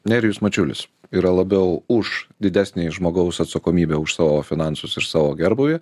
nerijus mačiulis yra labiau už didesnę žmogaus atsakomybę už savo finansus ir savo gerbūvį